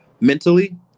mentally